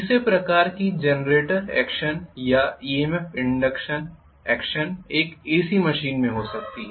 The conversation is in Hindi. तीसरे प्रकार की जनरेटर एक्शन या EMF इंडक्षन एक्शन एक एसी मशीन में हो सकती है